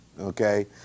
okay